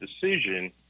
decision